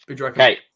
Okay